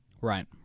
Right